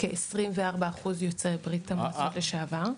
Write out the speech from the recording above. וכ-25% יוצאי ברית המועצות לשעבר.